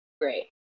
Great